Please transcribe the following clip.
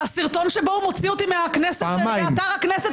הסרטון שבו הוא מוציא אותי באתר הכנסת